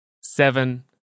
seven